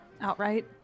Outright